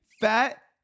fat